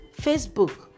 Facebook